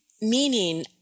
Meaning